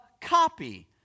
copy